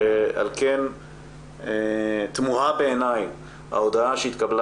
ועל כן תמוהה בעיניי ההודעה שהתקבלה